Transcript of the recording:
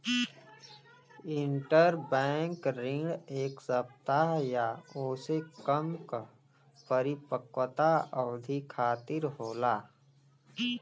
interbank ऋण एक सप्ताह या ओसे कम क परिपक्वता अवधि खातिर होला